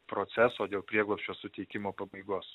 proceso dėl prieglobsčio suteikimo pabaigos